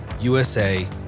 USA